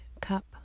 cup